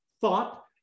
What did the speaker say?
thought